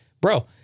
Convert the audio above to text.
Bro